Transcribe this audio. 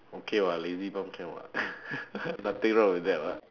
okay [what] lazybum can [what] nothing wrong with that [what]